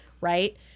Right